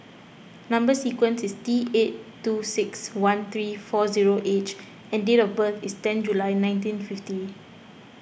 Number Sequence is T eight two six one three four zero H and date of birth is ten July nineteen fifty